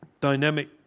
dynamic